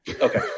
Okay